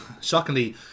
shockingly